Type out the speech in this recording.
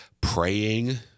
praying